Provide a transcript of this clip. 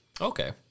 Okay